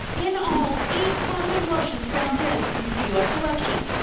in all, eight prominent russians found dead since the us election.